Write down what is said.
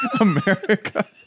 America